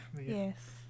Yes